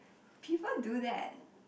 people do that